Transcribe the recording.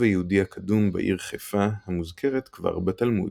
היהודי הקדום בעיר חיפה המוזכרת כבר בתלמוד.